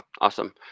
Awesome